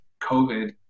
COVID